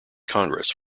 congress